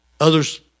Others